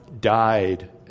died